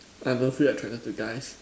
I don't feel like trying not to guys